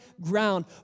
ground